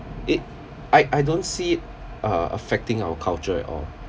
it I I don't see it uh affecting our culture at all